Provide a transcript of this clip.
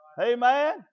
Amen